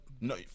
No